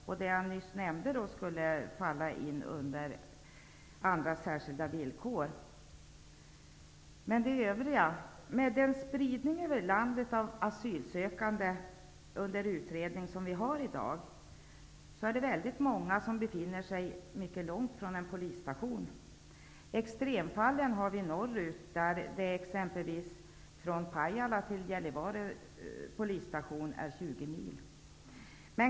Det jag nyss nämnde skulle då falla in under Med den spridning över landet av asylsökande under utredning som vi har i dag, befinner sig väldigt många mycket långt från en polisstation. Extremfallen har vi norrut, där det exempelvis från Pajala till Gällivare polisstation är 20 mil.